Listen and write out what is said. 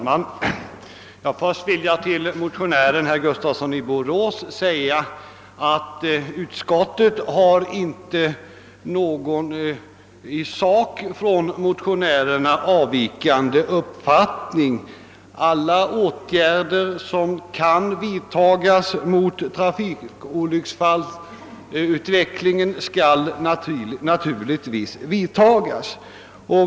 Herr talman! Först vill jag till motionären herr Gustafsson i Borås säga att utskottsledamöternas uppfattning inte i sak avviker från motionärernas. Alla åtgärder som kan vidtagas för att förhindra en ökning av trafikolycksfallen skall naturligtvis vidtagas.